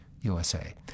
USA